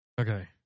Okay